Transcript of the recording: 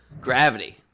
Gravity